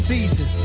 Season